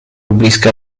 blízké